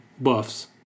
buffs